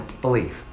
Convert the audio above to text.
believe